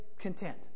content